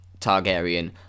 Targaryen